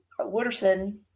Wooderson